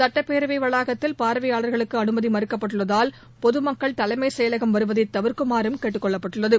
சுட்டப்பேரவை வளாகத்தில் பார்வையாளர்களுக்கு அனுமதி மறுக்கப்பட்டுள்ளதால் பொதுமக்கள் தலைமைச் செயலகம் வருவதை தவிர்க்குமாறும் கேட்டுக்கொள்ளப்பட்டுள்ளது